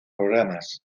programas